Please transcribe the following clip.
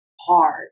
hard